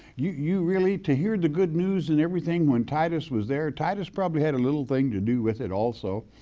you really to hear the good news and everything when titus was there, titus probably had a little thing to do with it also.